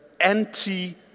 anti